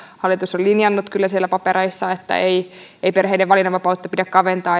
hallitus on linjannut kyllä siellä papereissa että ei ei perheiden valinnanvapautta pidä kaventaa